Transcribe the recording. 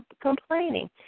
complaining